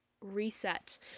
reset